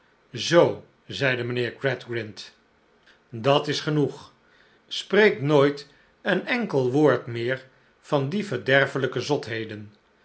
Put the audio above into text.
zoo zeide mijnheer gradgrind dat is genoeg spreek nooit een enkel woord meer van die verderfelijke zotheden